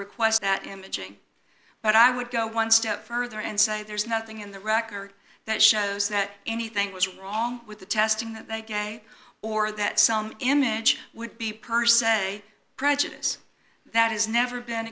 requests that imaging but i would go one step further and say there's nothing in the record that shows that anything was wrong with the testing that they get or that some image would be person a prejudice that has never been